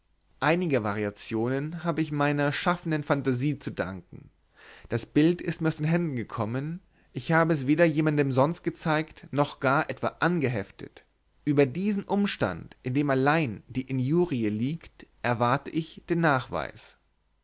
einige variationen habe ich meiner schaffenden fantasie zu danken das bild ist mir aus den händen gekommen ich habe es weder jemanden sonst gezeigt noch gar etwa angeheftet über diesen umstand in dem allein die injurie liegt erwarte ich den nachweis